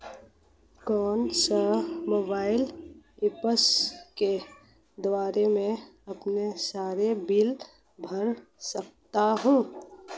कौनसे mobile apps के द्वारा मैं अपने सारे बिल भर सकता हूं?